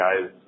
guys